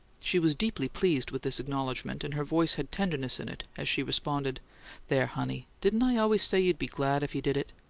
she was deeply pleased with this acknowledgment, and her voice had tenderness in it as she responded there, honey! didn't i always say you'd be glad if you did it?